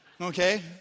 Okay